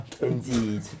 indeed